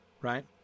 right